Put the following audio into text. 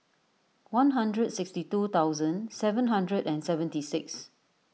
one hundred sixty two thousand seven hundred and seventy six